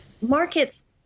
Markets